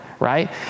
right